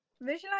visualize